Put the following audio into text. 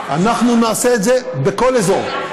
אנחנו נעשה את זה בכל אזור.